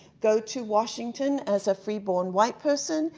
go to washington as a free-born white person,